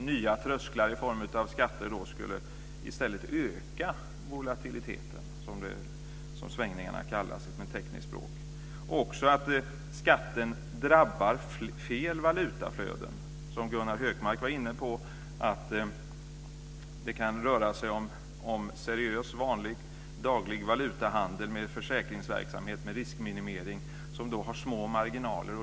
Nya trösklar i form av skatter skulle i stället öka volatiliteten - som svängningarna kallas på ett tekniskt språk - och drabba fel valutaflöden. Som Gunnar Hökmark var inne på kan det röra sig om seriös vanlig, daglig valutahandel med försäkringsverksamhet, med riskminimering som har små marginaler.